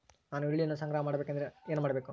ನಾನು ಈರುಳ್ಳಿಯನ್ನು ಸಂಗ್ರಹ ಮಾಡಬೇಕೆಂದರೆ ಏನು ಮಾಡಬೇಕು?